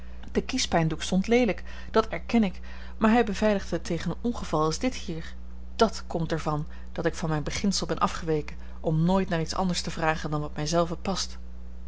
de kiespijndoek stond leelijk dat erken ik maar hij beveiligde tegen een ongeval als dit hier dàt komt er van dat ik van mijn beginsel ben afgeweken om nooit naar iets anders te vragen dan wat mij zelve paste